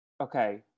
okay